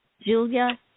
Julia